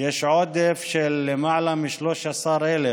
יש עודף של למעלה מ-13,000